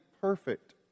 perfect